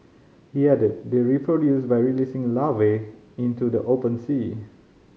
he added they reproduce by releasing larvae into the open sea